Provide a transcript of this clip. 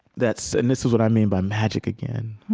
that's and this is what i mean by magic, again